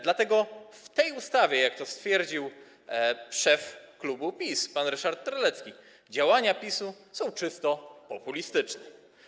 Dlatego w tej ustawie, jak stwierdził szef klubu PiS pan Ryszard Terlecki, działania PiS-u są czysto populistyczne.